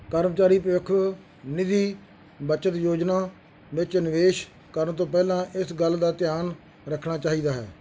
ਕਰਮਚਾਰੀ ਭਵਿੱਖ ਨਿਧੀ ਬੱਚਤ ਯੋਜਨਾ ਵਿੱਚ ਨਿਵੇਸ਼ ਕਰਨ ਤੋਂ ਪਹਿਲਾਂ ਇਸ ਗੱਲ ਦਾ ਧਿਆਨ ਰੱਖਣਾ ਚਾਹੀਦਾ ਹੈ